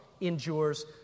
endures